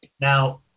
Now